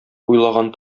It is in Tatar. уйлаган